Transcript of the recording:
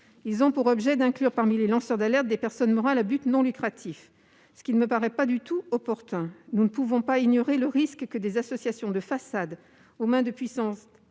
41 ont pour objet d'inclure parmi les lanceurs d'alerte des personnes morales à but non lucratif, ce qui ne me paraît pas du tout opportun. En effet, nous ne pouvons pas ignorer le risque que des associations de façade aux mains de puissances